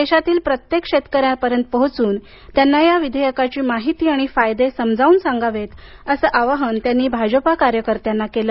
देशातील प्रत्येक शेतकऱ्यापर्यंत पोहोचून त्यांना या विधेयकाची माहिती आणि फायदे समजावून सांगावेत असं आवाहन त्यांनी भाजपा कार्यकर्त्यांना केलं